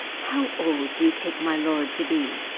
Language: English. how old do you take my lord to be?